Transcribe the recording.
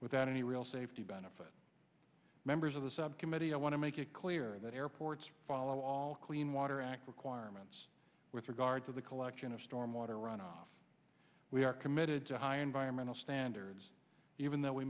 without any real safety benefit members of the subcommittee i want to make it clear that airports follow all clean water act requirements with regard to the collection of storm water runoff we are committed to higher environmental standards even though we